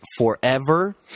Forever